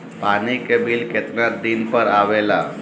पानी के बिल केतना दिन पर आबे ला?